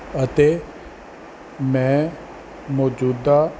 ਅਤੇ ਮੈਂ ਮੌਜੂਦਾ